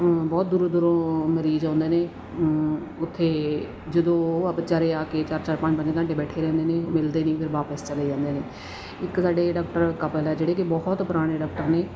ਬਹੁਤ ਦੂਰੋਂ ਦੂਰੋਂ ਮਰੀਜ਼ ਆਉਂਦੇ ਨੇ ਉੱਥੇ ਜਦੋਂ ਉਹ ਆ ਵਿਚਾਰੇ ਆ ਕੇ ਚਾਰ ਚਾਰ ਪੰਜ ਪੰਜ ਘੰਟੇ ਬੈਠੇ ਰਹਿੰਦੇ ਨੇ ਮਿਲਦੇ ਨਹੀਂ ਫਿਰ ਵਾਪਸ ਚਲੇ ਜਾਂਦੇ ਨੇ ਇੱਕ ਸਾਡੇ ਡਾਕਟਰ ਕਪਲ ਆ ਜਿਹੜੇ ਕਿ ਬਹੁਤ ਪੁਰਾਣੇ ਡਾਕਟਰ ਨੇ